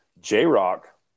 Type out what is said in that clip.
J-Rock